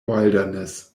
wilderness